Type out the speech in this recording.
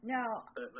Now